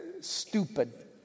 stupid